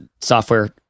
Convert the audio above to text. software